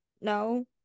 no